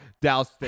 Dallas